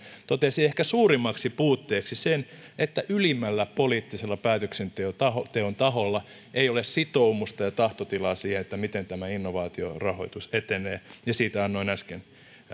totesi ehkä suurimmaksi puutteeksi sen että ylimmällä poliittisella päätöksenteon taholla ei ole sitoumusta ja tahtotilaa siihen miten tämä innovaatiorahoitus etenee ja siitä annoin äsken